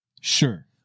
Sure